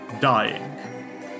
dying